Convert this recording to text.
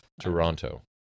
toronto